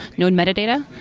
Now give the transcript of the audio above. knowing metadata.